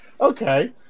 Okay